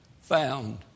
found